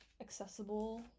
accessible